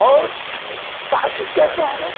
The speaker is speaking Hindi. और तार्किक कैसे होगा